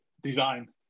design